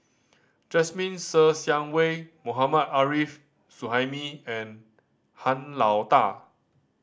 Jasmine Ser Xiang Wei Mohammad Arif Suhaimi and Han Lao Da